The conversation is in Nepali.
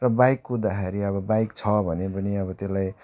र बाइक कुद्दाखेरि अब बाइक छ भने पनि अब त्यसलाई